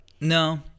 No